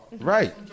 Right